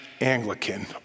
Anglican